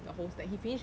the whole stack he finish